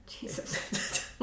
Jesus